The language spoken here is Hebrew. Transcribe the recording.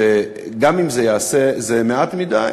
שגם אם זה ייעשה, זה מעט מדי.